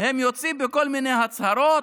הם יוצאים בכל מיני הצהרות,